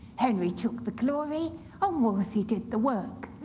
henry took the glory and wolsey did the work.